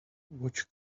watch